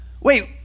wait